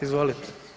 Izvolite.